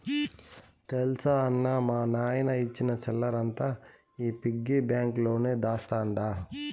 తెల్సా అన్నా, మా నాయన ఇచ్చిన సిల్లరంతా ఈ పిగ్గి బాంక్ లోనే దాస్తండ